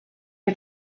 for